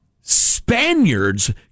Spaniards